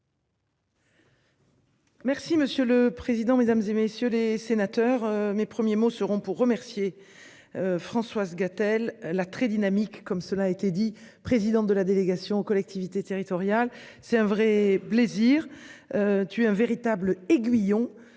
Merci monsieur le président, Mesdames, et messieurs les sénateurs. Mes premiers mots seront pour remercier. Françoise Gatel, la très dynamique, comme cela a été dit, présidente de la délégation aux collectivités territoriales c'est un vrai plaisir. Tu es un véritable aiguillon.